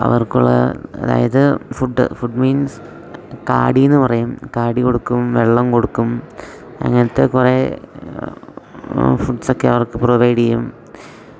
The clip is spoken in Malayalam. അവർക്കുള്ള അതായത് ഫുഡ് ഫുഡ് മീൻസ് കാടീന്ന് പറയും കാടി കൊടുക്കും വെള്ളം കൊടുക്കും അങ്ങനത്തെ കുറെ ഫുഡ്സൊക്കെ അവർക്ക് പ്രൊവൈഡ് ചെയ്യും